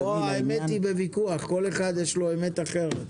פה האמת היא בוויכוח, לכל אחד יש אמת אחרת.